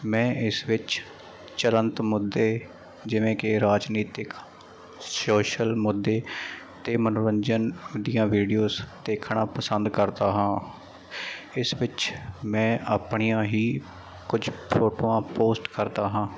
ਮੈਂ ਇਸ ਵਿੱਚ ਚਲੰਤ ਮੁੱਦੇ ਜਿਵੇਂ ਕਿ ਰਾਜਨੀਤਿਕ ਸੋਸ਼ਲ ਮੁੱਦੇ ਅਤੇ ਮਨੋਰੰਜਨ ਦੀਆਂ ਵੀਡੀਓਜ ਦੇਖਣਾ ਪਸੰਦ ਕਰਦਾ ਹਾਂ ਇਸ ਵਿੱਚ ਮੈਂ ਆਪਣੀਆਂ ਹੀ ਕੁਝ ਫੋਟੋਆਂ ਪੋਸਟ ਕਰਦਾ ਹਾਂ